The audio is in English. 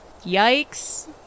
yikes